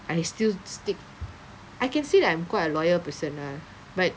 I still stick I can say that I'm quite a loyal person lah but